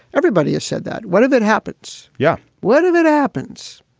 everybody has said that. what did that happens? yeah. what did it happens?